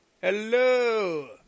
Hello